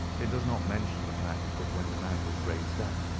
it does not mention the fact that when the man was raised up,